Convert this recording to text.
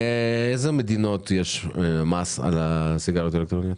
באילו מדינות יש מס על הסיגריה האלקטרונית?